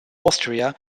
austria